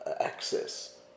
access